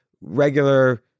regular